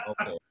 Okay